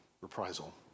reprisal